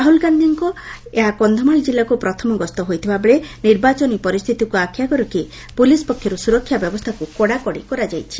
ରାହୁଲ ଗାଧୀଙ୍କ ଏହା କଧ୍ଧମାଳ ଜିଲ୍ଲାକୁ ପ୍ରଥମ ଗସ୍ତ ହୋଇଥିବା ବେଳେ ନିର୍ବାଚନୀ ପରିସ୍ଚିତିକୁ ଆଖ୍ ଆଗରେ ରଖି ପୋଲିସ ପକ୍ଷରୁ ସୁରକ୍ଷା ବ୍ୟବସ୍ଥାକ କଡ଼ାକଡ଼ି କରାଯାଇଛି